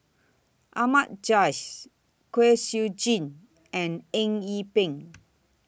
Ahmad Jais Kwek Siew Jin and Eng Yee Peng